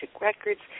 records